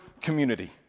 community